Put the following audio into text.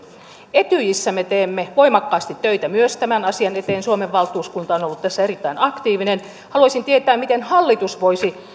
etyjissä me teemme voimakkaasti töitä myös tämän asian eteen suomen valtuuskunta on ollut tässä erittäin aktiivinen haluaisin tietää miten hallitus voisi